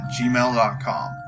gmail.com